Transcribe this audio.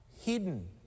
hidden